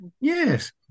Yes